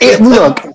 Look